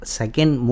second